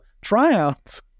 tryouts